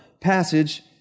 passage